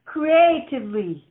Creatively